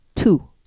two